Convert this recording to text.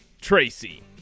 Tracy